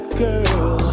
girl